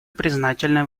признательны